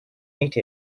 ate